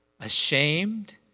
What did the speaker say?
ashamed